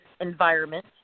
environment